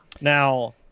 Now